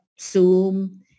Zoom